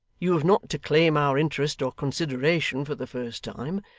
you have not to claim our interest or consideration for the first time.